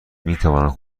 میتوانم